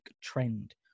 trend